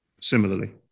Similarly